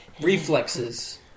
reflexes